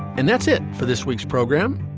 and that's it for this week's program,